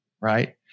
right